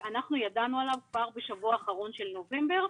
ידענו עליו כבר בשבוע האחרון של נובמבר,